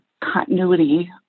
continuity